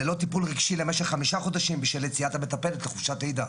ללא טיפול רגשי למשך חמישה חודשים בשל יציאת המטפלת לחופשת לידה.